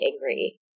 angry